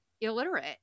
illiterate